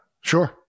sure